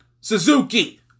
Suzuki